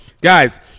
guys